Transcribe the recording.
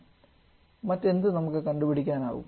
pressure അറിയാം മറ്റെന്ത് നമുക്ക് കണ്ടുപിടിക്കാനാകും